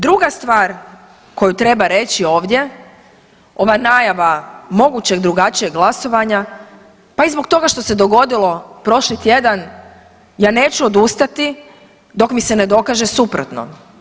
Druga stvar koju treba reći ovdje, ova najava mogućeg drugačijeg glasovanja, pa i zbog toga što se dogodilo prošli tjedan, ja neću odustati dok mi se ne dokaže suprotno.